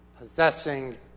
Possessing